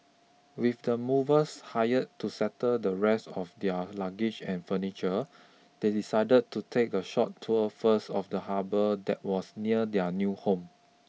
with the movers hired to settle the rest of their luggage and furniture they decided to take a short tour first of the harbour that was near their new home